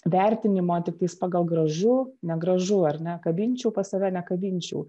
vertinimo tiktais pagal gražu negražu ar ne kabinčiau pas save nekabinčiau